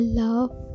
love